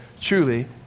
Truly